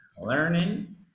learning